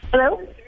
Hello